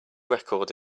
record